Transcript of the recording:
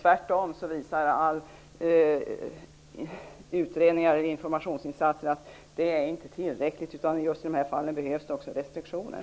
Tvärtom visar alla utredningar och informationsinsatser att det inte är tillräckligt. Det behövs också restriktioner.